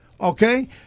Okay